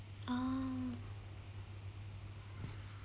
ah